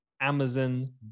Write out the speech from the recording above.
Amazon